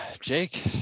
Jake